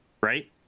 right